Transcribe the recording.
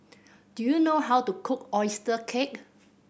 do you know how to cook oyster cake